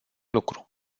lucru